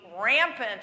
rampant